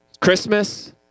Christmas